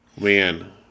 Man